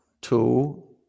two